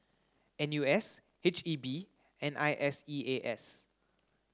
N U S H E B and I S E A S